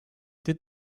did